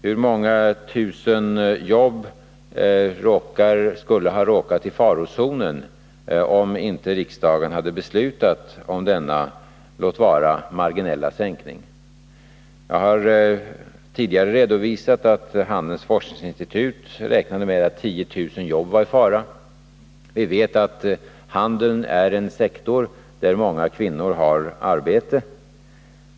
Hur många tusen jobb skulle ha råkat i farozonen om inte riksdagen hade fattat beslut om denna, låt vara marginella, sänkning? Jag har tidigare redovisat att Handelns forskningsinstitut räknade med att 10 000 jobb var i fara. Vi vet att handeln är en sektor där många kvinnor har arbete.